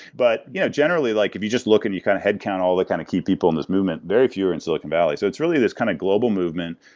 but yeah generally, like if you just look and you kind of head count all the kind of key people in this movement, very few are in silicon valley. so it's really this kind of global movement.